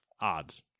Odds